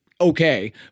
okay